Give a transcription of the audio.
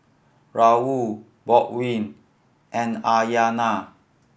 Raul Baldwin and Aryana